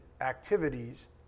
activities